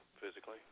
physically